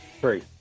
three